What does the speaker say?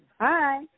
Hi